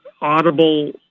audible